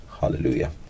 Hallelujah